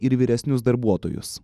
ir vyresnius darbuotojus